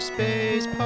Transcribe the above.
Space